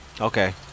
Okay